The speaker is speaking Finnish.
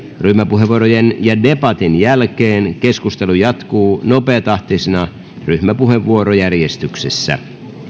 ryhmäpuheenvuorojen ja debatin jälkeen keskustelu jatkuu nopeatahtisena ryhmäpuheenvuorojärjestyksessä